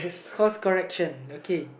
cause correction okay